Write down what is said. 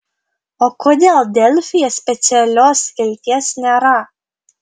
o kodėl delfyje specialios skilties nėra